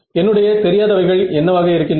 என்னுடைய தெரியாதவைகள் என்னவாக இருக்கின்றன